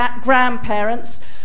grandparents